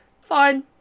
Fine